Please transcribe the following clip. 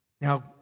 Now